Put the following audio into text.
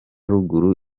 ruguru